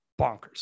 bonkers